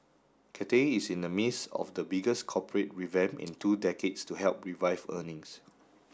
Cathay is in the midst of the biggest corporate revamp in two decades to help revive earnings